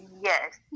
yes